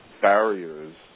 barriers